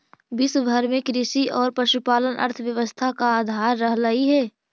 विश्व भर में कृषि और पशुपालन अर्थव्यवस्था का आधार रहलई हे